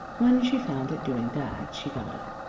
when she found it doing that she got up,